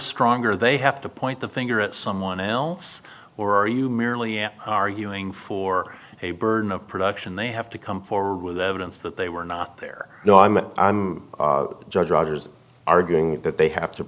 stronger they have to point the finger at someone else or are you merely at arguing for a burden of production they have to come forward with evidence that they were not there you know i'm a judge orders arguing that they have to